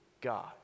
God